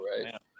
right